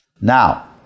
Now